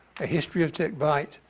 a history of tick bite,